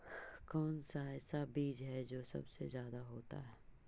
कौन सा ऐसा बीज है जो सबसे ज्यादा होता है?